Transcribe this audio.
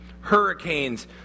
hurricanes